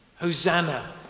Hosanna